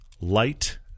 light